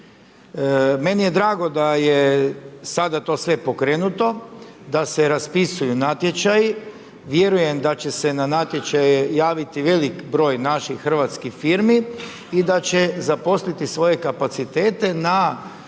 Meni je drago da je sada to sve pokrenuto, da se raspisuju natječaji, vjerujem da će se na natječaje javiti velik broj naših hrvatskih firmi i da će zaposliti svoje kapacitete na,